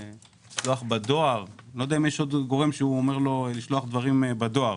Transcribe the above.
לא יודע אם יש עוד גורם שהוא אומר לו לשלוח דברים בדואר.